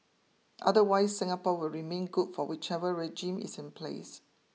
otherwise Singapore will remain good for whichever regime is in place